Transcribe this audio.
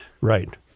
Right